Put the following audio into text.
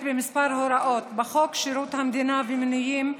בכמה הוראות: בחוק שירות המדינה (מינויים),